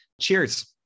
Cheers